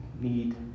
need